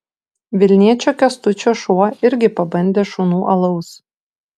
vilniečio kęstučio šuo irgi pabandė šunų alaus